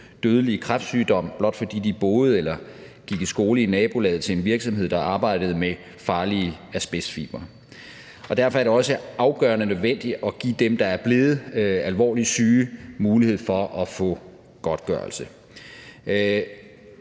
dødelig kræftsygdom, blot fordi de boede eller gik i skole i nabolaget til en virksomhed, der arbejdede med farlige asbestfibre. Derfor er det også afgørende nødvendigt, at give dem, der er blevet alvorligt syge, mulighed for at få godtgørelse.